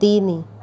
ତିନି